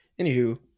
Anywho